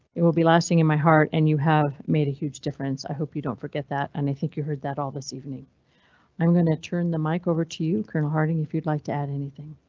it will be lasting in my heart and you have made a huge difference. i hope you don't forget that and i think you heard that all this evening i'm going to turn the mic over to you, colonel harding. if you'd like to add anything.